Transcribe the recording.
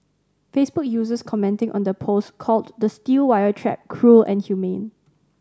Facebook users commenting on the post called the steel wire trap cruel and inhumane